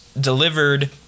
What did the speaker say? delivered